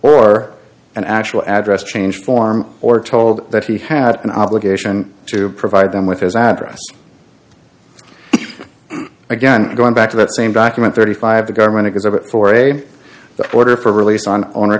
or an actual address change form or told that he had an obligation to provide them with his address again going back to that same document thirty five the government is over for a the order for release on o